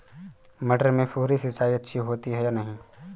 मटर में फुहरी सिंचाई अच्छी होती है या नहीं?